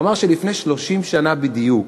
הוא אמר שלפני 30 שנה בדיוק,